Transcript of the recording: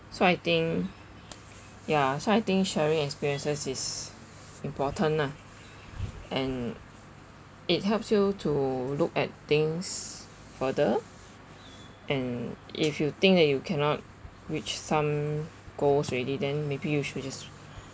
so I think ya so I think sharing experiences is important ah and it helps you to look at things further and if you think that you cannot reach some goals already then maybe you should just